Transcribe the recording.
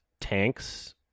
tanks